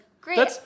Great